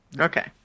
Okay